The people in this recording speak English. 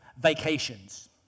vacations